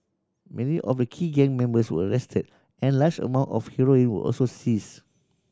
many of the key gang members were arrested and large amount of heroin were also seized